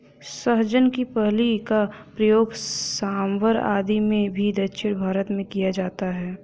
सहजन की फली का प्रयोग सांभर आदि में भी दक्षिण भारत में किया जाता है